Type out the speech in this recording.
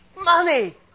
Money